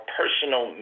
personal